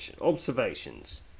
observations